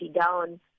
down